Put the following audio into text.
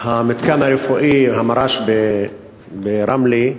המתקן הרפואי, המר"ש ברמלה,